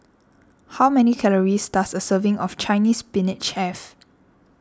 how many calories does a serving of Chinese Spinach have